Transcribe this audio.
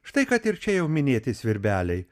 štai kad ir čia jau minėti svirbeliai